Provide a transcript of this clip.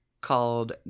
called